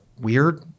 weird